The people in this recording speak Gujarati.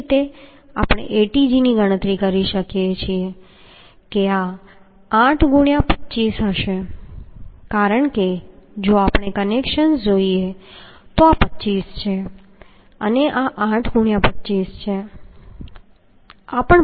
એ જ રીતે આપણે Atg ની ગણતરી કરી શકીએ કે આ 8 ગુણ્યાં 25 હશે કારણ કે જો આપણે કનેક્શન્સ જોઈએ છીએ તો આ 25 છે અને આ 8 ગુણ્યાં 25 છે